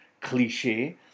cliche